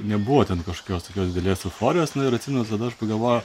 nebuvo ten kažkokios tokios didelės euforijos na ir atsimenu tada aš pagalvojau